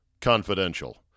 Confidential